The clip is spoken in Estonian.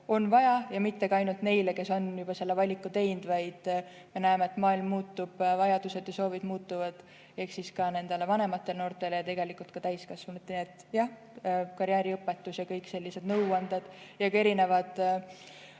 on vaja ja mitte ainult neile, kes on juba selle valiku teinud, vaid me näeme, et maailm muutub, vajadused ja soovid muutuvad, ehk siis ka nendele vanematele noortele ja tegelikult ka täiskasvanutele. Jah, karjääriõpetus ja kõik sellised nõuanded ja ka